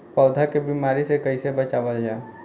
पौधा के बीमारी से कइसे बचावल जा?